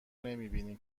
نمیبینی